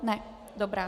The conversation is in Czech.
Ne, dobrá.